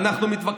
לא, זה גם